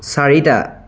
চাৰিটা